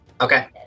Okay